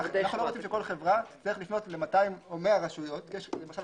אנחנו לא רוצים שכל חברה תצטרך לפנות ל-200 או 100 רשויות למשל,